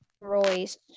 Royce